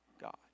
God